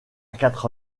quatre